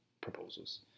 proposals